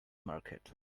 market